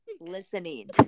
Listening